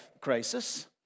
crisis